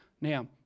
Now